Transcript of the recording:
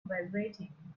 vibrating